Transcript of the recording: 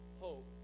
hope